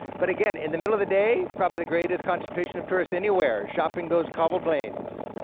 but again, in the middle of the day, probably the greatest concentration of tourists anywhere, shopping those cobbled lanes.